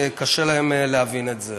קשה להם להבין את זה.